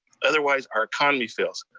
otherwise our community fails,